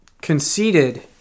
conceited